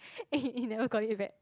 eh you never got it back